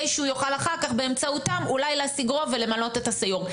שהוא יוכל אחר כך באמצעותם אולי להשיג רוב ולמנות את הסיו"ר.